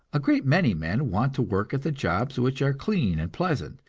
a great many men want to work at the jobs which are clean and pleasant,